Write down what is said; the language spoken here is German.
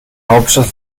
hauptstadt